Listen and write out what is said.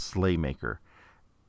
Slaymaker